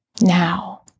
Now